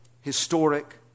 historic